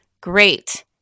Great